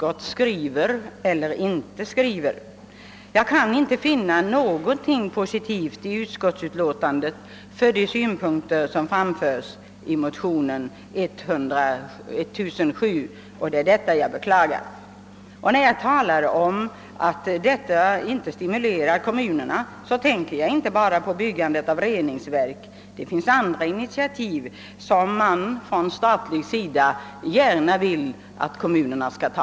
Jag kan inte i utskottets utlåtande finna någonting positivt för de synpunkter som framförts i motion II: 1007, vilket jag beklagar. När jag talar om att detta inte stimulerar kommunerna, tänker jag inte bara på byggandet av reningsverk; det finns andra initiativ som man från statlig sida gärna vill att kommunerna skall ta.